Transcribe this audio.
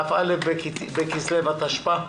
כ"א בכסלו התשפ"א.